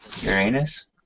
Uranus